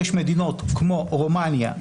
יש מדינות כמו רומניה,